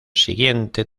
siguiente